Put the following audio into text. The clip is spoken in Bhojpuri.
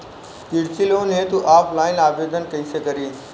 कृषि लोन हेतू ऑफलाइन आवेदन कइसे करि?